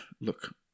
look